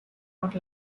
not